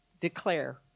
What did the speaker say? declare